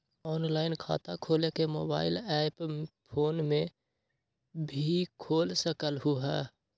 Online खाता खोले के मोबाइल ऐप फोन में भी खोल सकलहु ह?